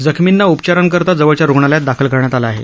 जखमींना उपचारांकरता जवळच्या रुग्णलयात दाखल करण्यात आलं आहे